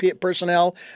personnel